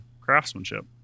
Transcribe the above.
craftsmanship